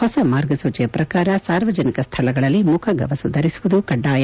ಹೊಸ ಮಾರ್ಗಸೂಜಿ ಪ್ರಕಾರ ಸಾರ್ವಜನಿಕ ಸ್ಥಳಗಳಲ್ಲಿ ಮುಖಗವಸು ಧರಿಸುವುದು ಕಡ್ಡಾಯ